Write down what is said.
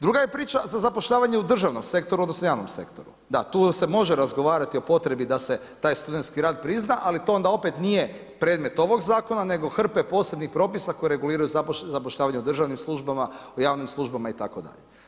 Druga je priča sa zapošljavanjem u državnom sektoru odnosno javnom sektoru, da tu se može razgovarati o potrebi da se taj studentski rad prizna, ali to onda opet nije predmet ovog zakona nego hrpe posebnih propisa koje reguliraju zapošljavanje u državnim službama, u javnim službama itd.